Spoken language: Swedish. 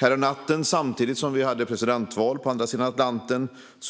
Häromnatten, samtidigt som det var presidentval på andra sidan Atlanten,